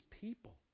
people